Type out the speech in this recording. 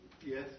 Yes